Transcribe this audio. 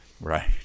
Right